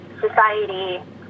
society